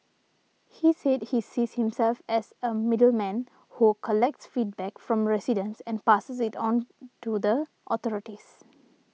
he said he sees himself as a middleman who collects feedback from residents and passes it on to the authorities